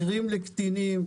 מכירה לקטינים,